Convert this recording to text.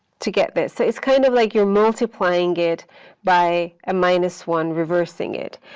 to get this. so it's kind of like you're multiplying it by a minus one reversing it.